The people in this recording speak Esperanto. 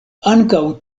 ankaŭ